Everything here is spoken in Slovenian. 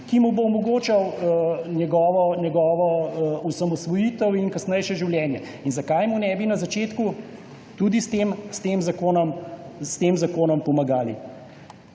ki mu bo omogočal osamosvojitev in kasnejše življenje. In zakaj mu ne bi na začetku tudi s tem, s tem zakonom pomagali?